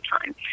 time